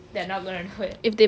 they're not going to do it